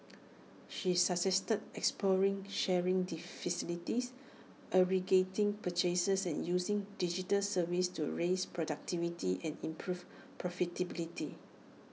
she suggested exploring sharing facilities aggregating purchases and using digital services to raise productivity and improve profitability